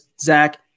Zach